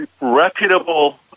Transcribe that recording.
Reputable